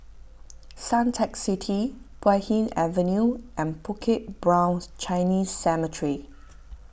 Suntec City Puay Hee Avenue and Bukit Brown Chinese Cemetery